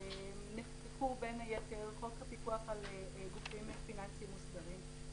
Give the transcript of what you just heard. נחקק בין היתר חוק הפיקוח על גופים פיננסיים מוסדרים,